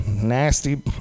Nasty